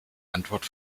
antwort